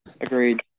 Agreed